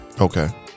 Okay